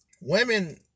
Women